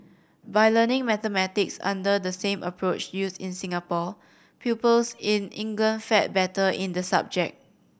by learning mathematics under the same approach used in Singapore pupils in England fared better in the subject